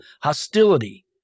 hostility